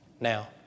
Now